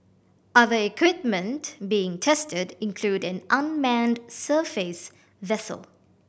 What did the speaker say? other equipment being tested include an unmanned surface vessel